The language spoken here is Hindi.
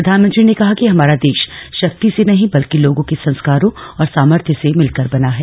प्रधानमंत्री ने कहा कि हमारा देश शक्ति से नहीं बल्कि लोगों के संस्कारों और सामर्थ्य से मिलकर बना है